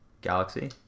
galaxy